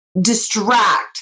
distract